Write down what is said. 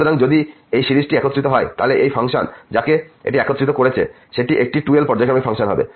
সুতরাং যদি এই সিরিজটি একত্রিত হয় তাহলে সেই ফাংশন যাকে এটি একত্রিত করছে সেটি একটি 2l পর্যায়ক্রমিক ফাংশন হবে